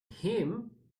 him